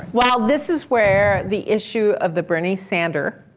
while this is where the issue of the bernie sander.